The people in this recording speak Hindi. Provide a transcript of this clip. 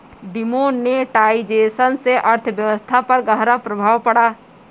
डिमोनेटाइजेशन से अर्थव्यवस्था पर ग़हरा प्रभाव पड़ा